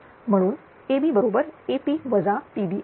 म्हणून AB बरोबर AP वजा PB आहे